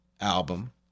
album